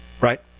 Right